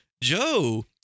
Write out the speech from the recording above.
Joe